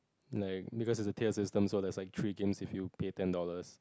like because it's a tier system so it's like three games if you pay ten dollars